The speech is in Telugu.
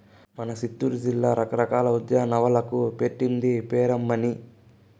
మన సిత్తూరు జిల్లా రకరకాల ఉద్యానవనాలకు పెట్టింది పేరమ్మన్నీ